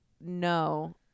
no